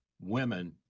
women